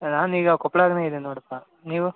ನಾನು ಈಗ ಕೊಪ್ಪಳಗನೇ ಇದೀನಿ ನೋಡಪ್ಪ ನೀವು